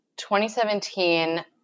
2017